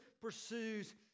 pursues